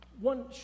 one